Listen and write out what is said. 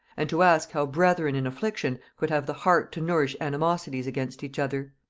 and to ask how brethren in affliction could have the heart to nourish animosities against each other.